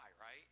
right